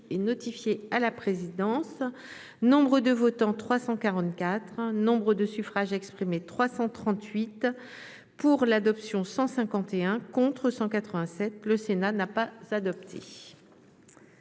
et notifié à la présidence Nombre de votants : 343 Nombre de suffrages exprimés 263 pour l'adoption 236 contre 27 Le Sénat a adopté.